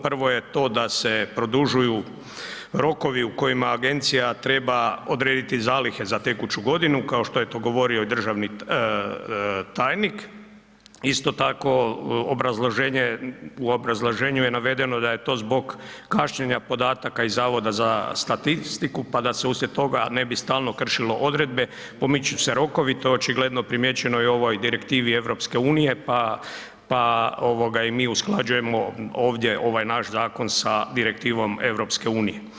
Prvo je to da se produžuju rokovi u kojima agencija treba odrediti zalihe za tekuću godinu, kao što je to govorio i državni tajnik, isto tako obrazloženje, u obrazloženju je navedeno da je to zbog kašnjenja podataka iz Zavoda za statistiku pa da se uslijed toga ne bi stalno kršilo odredbe pomoću se rokovi, to je očigledno primijećeno i u ovoj Direktivi EU pa ovoga i mi usklađujemo ovdje ovaj naš zakon sa Direktivom EU.